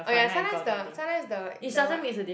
oh ya sometimes the sometimes the the what